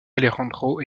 alejandro